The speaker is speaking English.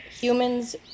Humans